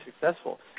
successful